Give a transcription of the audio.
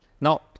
Now